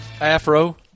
Afro